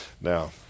Now